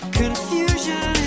confusion